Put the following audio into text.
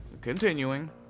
Continuing